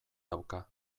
dauka